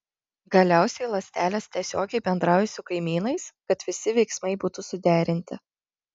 galiausiai ląstelės tiesiogiai bendrauja su kaimynais kad visi veiksmai būtų suderinti